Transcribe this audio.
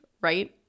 right